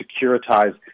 securitize